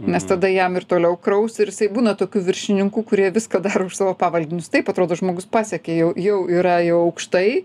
nes tada jam ir toliau kraus ir jisai būna tokių viršininkų kurie viską daro už savo pavaldinius taip atrodo žmogus pasiekė jau jau yra jau aukštai